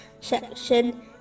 section